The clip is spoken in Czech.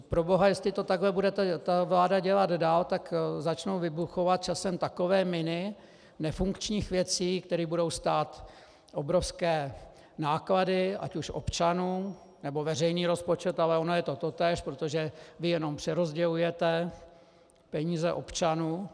Proboha, jestli to bude takhle ta vláda dělat dál, tak začnou vybuchovat časem takové miny nefunkčních věcí, které budou stát obrovské náklady, ať už občany, nebo veřejný rozpočet, ale ono je to totéž, protože vy jen přerozdělujete peníze občanů.